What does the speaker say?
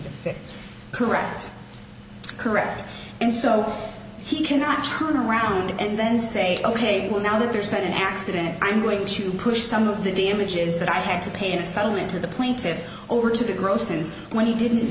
to correct correct and so he cannot turn around and then say ok well now that there's been an accident i'm going to push some of the damages that i had to pay and settle into the plaintive over to the gross and when he didn't